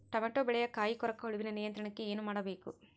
Tomato ಬೆಳೆಯ ಕಾಯಿ ಕೊರಕ ಹುಳುವಿನ ನಿಯಂತ್ರಣಕ್ಕೆ ಏನು ಮಾಡಬೇಕು?